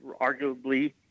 arguably